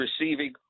receiving